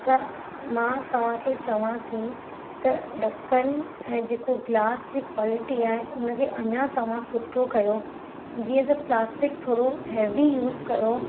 त मां तव्हां खे चवां थी त ढकनि ऐं जेको ग्लास जी क्वालिटी आहे उन खे अञां तव्हां सुठो कयो जीअं त प्लास्टिक थोरो हैवी यूज़ कयो